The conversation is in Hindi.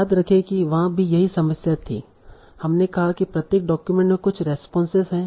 याद रखें कि वहा भी यही समस्या थी हमने कहा कि प्रत्येक डॉक्यूमेंट में कुछ रेस्पोंस है